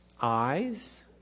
eyes